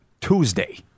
Tuesday